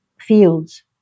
fields